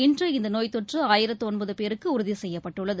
இன்று இந்நோய்த்தொற்றுஆயிரத்துஒன்பதுபேருக்குஉறுதிசெய்யப்பட்டுள்ளது